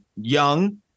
young